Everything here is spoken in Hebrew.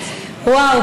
וואו,